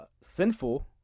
sinful